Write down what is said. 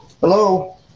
Hello